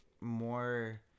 more